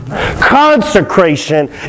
consecration